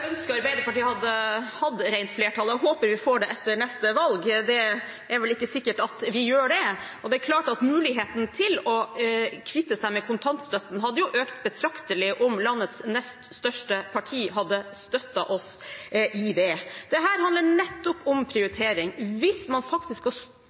Arbeiderpartiet hadde hatt rent flertall. Jeg håper vi får det etter neste valg, men det er vel ikke sikkert at vi gjør det. Det er klart at muligheten til å kvitte seg med kontantstøtten hadde økt betraktelig om landets nest største parti hadde støttet oss i det. Dette handler nettopp om